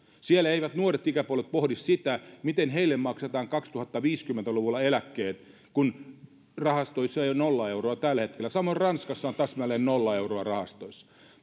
siellä eivät nuoret ikäpolvet pohdi sitä miten heille maksetaan kaksituhattaviisikymmentä luvulla eläkkeet kun rahastoissa on nolla euroa jo tällä hetkellä samoin ranskassa on täsmälleen nolla euroa rahastoissa